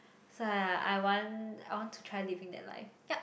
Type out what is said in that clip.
thats why ah I want I want to try living that life yup